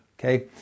Okay